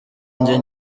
njye